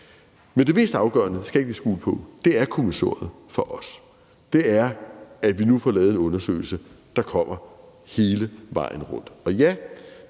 Men det mest afgørende for os, det skal jeg ikke lægge skjul på, er kommissoriet. Det er, at vi nu får lavet en undersøgelse, der kommer hele vejen rundt.